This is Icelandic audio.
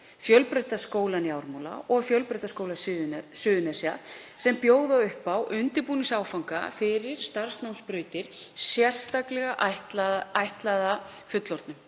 Fjölbrautaskólann í Ármúla og Fjölbrautaskóla Suðurnesja sem bjóða upp á undirbúningsáfanga fyrir starfsnámsbrautir, sérstaklega ætlaða fullorðnum.